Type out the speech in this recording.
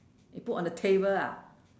you put on the table ah